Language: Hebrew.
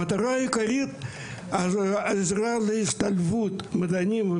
המטרה העיקרית היתה עזרה להשתלבות מדענים,